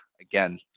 again